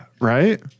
Right